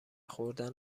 خوردن